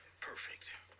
perfect